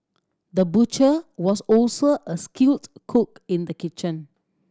the butcher was also a skilled cook in the kitchen